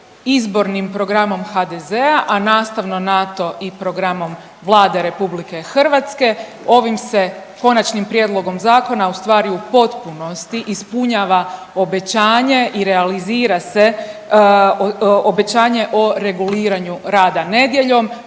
izbornim programom HDZ-a, a nastavno na to i programom Vlade RH ovim se konačnim prijedlogom zakona ustvari u potpunosti ispunjava obećanje i realizira se obećanje o reguliranju rada nedjeljom